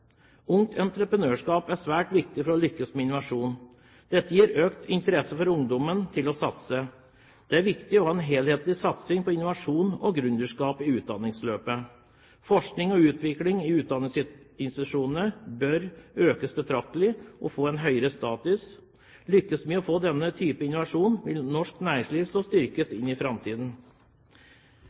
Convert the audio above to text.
Ungt entreprenørskap er svært viktig for å lykkes med innovasjon. Dette vil føre til økt interesse blant ungdommen for å satse. Det er viktig å ha en helhetlig satsing på innovasjon og gründerskap i utdanningsløpet. Forskning og utvikling i utdannelsesinstitusjonene bør økes betraktelig og få en høyere status. Lykkes vi med denne typen innovasjon, vil norsk næringsliv gå styrket inn i framtiden.